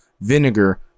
vinegar